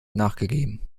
nachgegeben